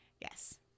Yes